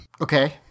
Okay